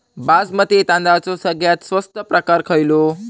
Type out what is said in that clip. बासमती तांदळाचो सगळ्यात स्वस्त प्रकार खयलो?